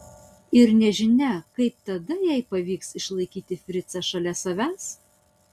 ir nežinia kaip tada jai pavyks išlaikyti fricą šalia savęs